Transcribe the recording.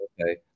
Okay